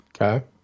Okay